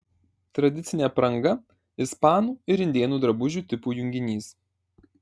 tradicinė apranga ispanų ir indėnų drabužių tipų junginys